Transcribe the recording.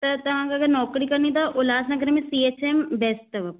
त तव्हां खे अगरि नौकरी करणी अथव उल्हासनगर में सी एच एम बेस्ट अथव